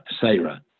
Sarah